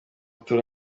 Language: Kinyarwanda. turi